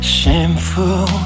shameful